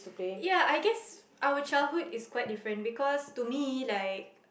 ya I guess our childhood is quite different because to me like